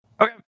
Okay